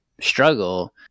struggle